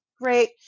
great